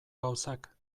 gauzak